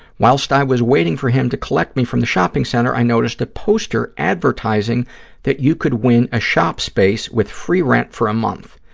whilst i was waiting for him to collect me from the shopping center, i noticed a poster advertising that you could win a shop space with free rent for a month.